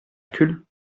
hercule